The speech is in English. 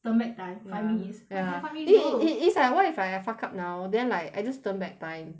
turn back time ya five minutes ya [what] can five minutes do it it it's like what if I fuck up now then like I just turn back time